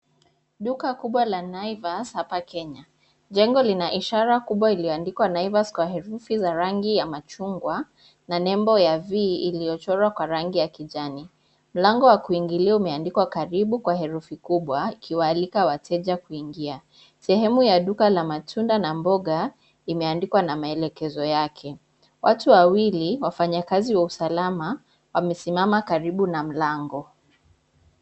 Duka kubwa la Naivas hapa Kenya. Jengo lina ishara kubwa iliyoandikwa Naivas kwa herufi za rangi ya machungwa na nembo ya V iliyochorwa kwa rangi ya kijani. Mlango wa kuingilia umeandikwa karibu kwa herufi kubwa ikiwaalika wateja kuingia. Sehemu ya duka la matunda na mboga imeandikwa na maelekezo yake. Watu wawili, wafanyakazi wa usalama wamesimama karibu na mlango.